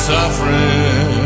Suffering